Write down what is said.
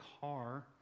car